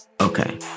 okay